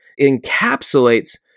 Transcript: encapsulates